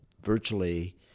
virtually